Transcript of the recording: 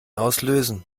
auslösen